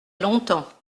longtemps